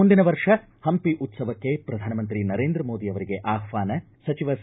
ಮುಂದಿನ ವರ್ಷ ಹಂಪಿ ಉತ್ಸವಕ್ಕೆ ಪ್ರಧಾನಮಂತ್ರಿ ನರೇಂದ್ರ ಮೋದಿ ಅವರಿಗೆ ಆಹ್ವಾನ ಸಚಿವ ಸಿ